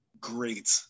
great